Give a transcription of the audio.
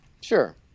Sure